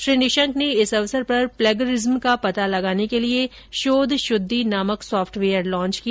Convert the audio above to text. श्री निशंक ने इस अवसर पर प्लेगरिज्म का पता लगाने के लिए शोध शुद्धि नामक सॉफ्टवेयर लांच किया